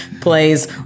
plays